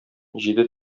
җиде